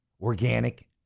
organic